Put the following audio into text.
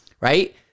right